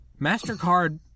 Mastercard